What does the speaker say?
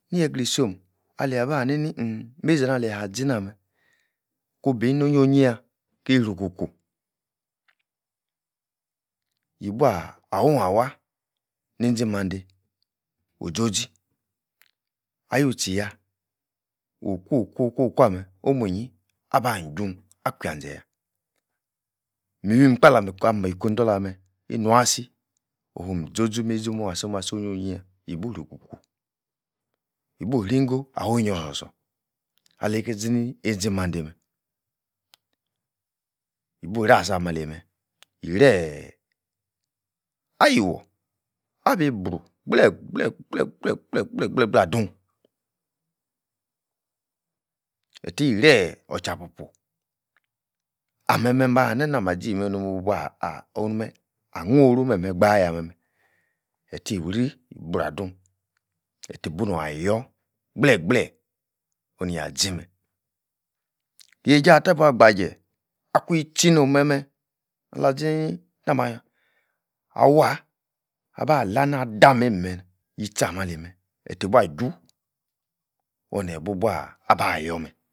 Nie-gra isom, alia-bah-nani uhmn, meizi-anah alia-zinah meh, ku-bi. no-onyio yah ki-ruru-kuh, yibuah awun-awah neizi-mandei ozo-zi awui-tchi yah okwo-kwo-kwo-kwameh, omuiyi abah-jun, akwian-ze-yah mawuim kpah ala-ma miku ni-dollar-meh, inuasi ojo zozi-meize omuasi-omuasi onyio-nyi-yah yibu-ruru-ku yibu-ri-ingo awinyi osor-sor aleikei zini einzi-mandei-meh, yibu-rasa-ah meh-ali-meh, yire-eeh, ayiwor, abi-bruu gble-gble gble-gbel-gble-gble-gble-gble-adun, ehti-ren ochapupu, ahm-meh-meh amba-ni-namah zi-imi yah meh, eh-tiri, brua-dun enti-bunor ayor gbleh-gbleeh onia-zi meh, yeija-tah bua gbaje akwuin tchi nohm meh-meh alasini nah mah ah-waah abala-na dameim, yitchi ahmeh ali-meh ehti bua-jwu onu-neyi-bu-bua abah-yor-meh